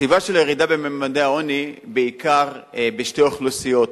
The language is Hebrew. הסיבה של הירידה בממדי העוני היא בעיקר בשלוש אוכלוסיות: